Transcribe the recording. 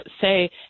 say